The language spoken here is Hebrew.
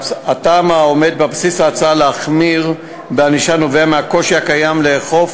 הטעם העומד בבסיס ההצעה להחמיר את הענישה נובע מהקושי הקיים לאכוף